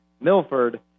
Milford